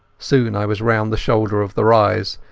soon i was round the shoulder of the rise,